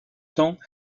temps